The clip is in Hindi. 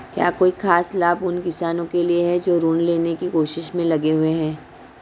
क्या कोई खास लाभ उन किसानों के लिए हैं जो ऋृण लेने की कोशिश में लगे हुए हैं?